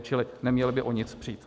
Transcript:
Čili neměli by o nic přijít.